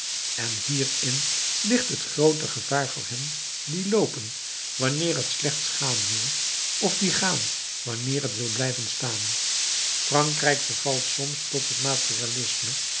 en hierin ligt het groot gevaar voor hen die loopen wanneer het slechts gaan wil of die gaan wanneer het wil blijven staan frankrijk vervalt soms tot het materialisme en